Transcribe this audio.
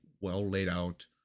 well-laid-out